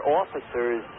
officers